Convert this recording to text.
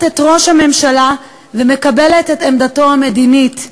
את ראש הממשלה ומקבלת את עמדתו המדינית.